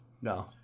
no